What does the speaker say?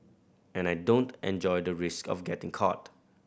and I don't enjoy the risk of getting caught